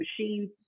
machines